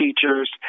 teachers